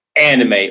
anime